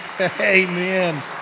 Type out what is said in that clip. Amen